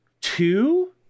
two